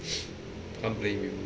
can't blame you